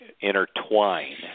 intertwine